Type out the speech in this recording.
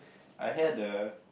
I had a